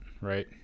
right